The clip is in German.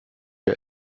der